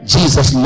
Jesus